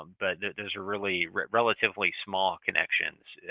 um but those are really relatively small connections,